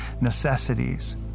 necessities